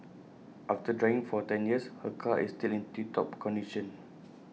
after driving for ten years her car is still in tip top condition